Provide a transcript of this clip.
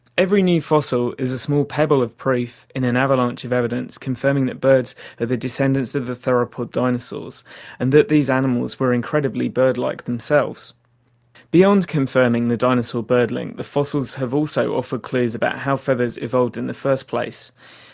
every new fossil is a small pebble of proof in an avalanche of evidence confirming that birds are the descendants of the theropod dinosaurs and that these animals were incredibly bird-like. beyond confirming the dinosaur-bird link, the fossils have ah so offered clues about how feathers evolved in the first place,